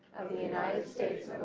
of the united states